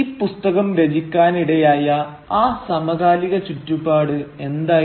ഈ പുസ്തകം രചിക്കാനിടയായ ആ സമകാലിക ചുറ്റുപാട് എന്തായിരുന്നു